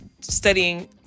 studying